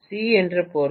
C என்று பொருள்